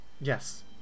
Yes